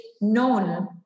known